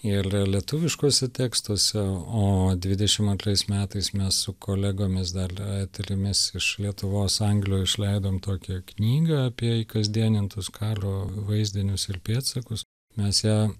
ir lietuviškuose tekstuose o dvidešim antrais metais mes su kolegomis dar trimis iš lietuvos anglijoj išleidom tokią knygą apie kasdienintus karo vaizdinius ir pėdsakus mes ją